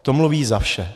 To mluví za vše.